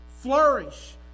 flourish